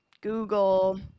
Google